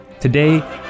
Today